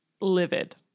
livid